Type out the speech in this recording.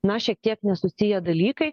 na šiek tiek nesusiję dalykai